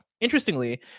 Interestingly